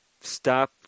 Stop